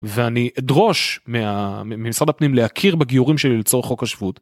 ואני אדרוש ממשרד הפנים להכיר בגיורים שלי לצורך חוק השבות.